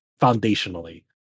foundationally